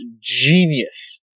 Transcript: genius